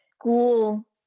school